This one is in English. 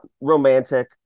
romantic